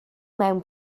mewn